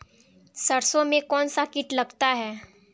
सरसों में कौनसा कीट लगता है?